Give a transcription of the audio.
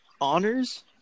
Honors